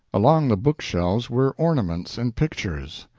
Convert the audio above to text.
along the book-shelves were ornaments and pictures.